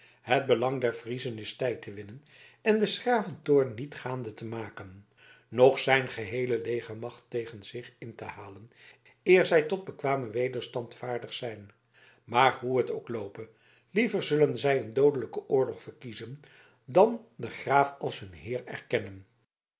het belang der friezen is tijd te winnen en des graven toorn niet gaande te maken noch zijn geheele legermacht tegen zich in te halen eer zij tot bekwamen wederstand vaardig zijn maar hoe het ook loope liever zullen zij een doodelijken oorlog verkiezen dan den graaf als hun heer erkennen